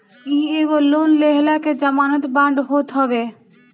इ एगो लोन लेहला के जमानत बांड होत हवे